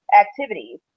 activities